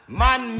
man